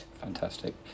Fantastic